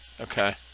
Okay